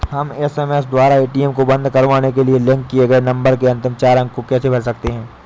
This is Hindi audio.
हम एस.एम.एस द्वारा ए.टी.एम को बंद करवाने के लिए लिंक किए गए नंबर के अंतिम चार अंक को कैसे भर सकते हैं?